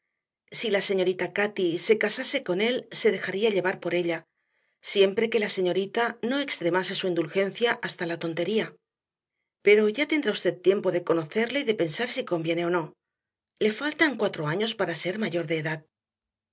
si la señorita cati se casase con él se dejaría llevar por ella siempre que la señorita no extremase su indulgencia hasta la tontería pero ya tendrá usted tiempo de conocerle y de pensar si conviene o no le faltan cuatro años para ser mayor de edad